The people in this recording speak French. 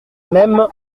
même